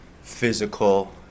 physical